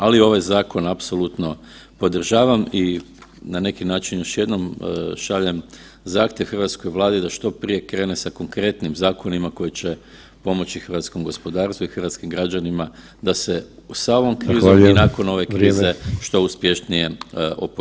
Ali ovaj zakon apsolutno podržavam i na neki način još jednom šaljem zahtjev hrvatskoj Vladi da što prije krene sa konkretnim zakonima koji će pomoći hrvatskom gospodarstvu i hrvatskim građanima da se sa ovom krizom [[Upadica: Zahvaljujem]] i nakon ove krize [[Upadica: Vrijeme]] što uspješnije oporavi.